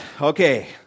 Okay